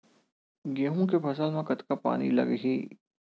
गेहूं के फसल म कतका पानी लगही?